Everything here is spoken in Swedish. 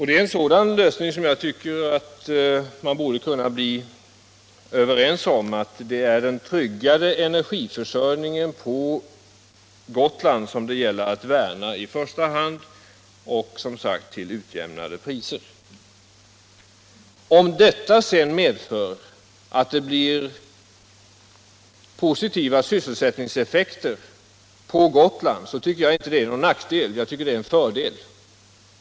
Det är en sådan lösning som jag tycker att man borde kunna bli överens om, nämligen att det i första hand gäller att värna en tryggad energiförsörjning på Gotland — och, som sagt, en utjämning av priserna. Om detta sedan medför positiva sysselsättningseffekter på Gotland är det ingen nackdel utan en fördel.